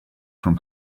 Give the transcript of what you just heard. from